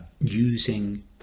using